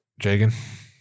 Jagan